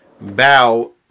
bow